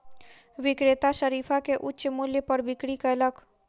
विक्रेता शरीफा के उच्च मूल्य पर बिक्री कयलक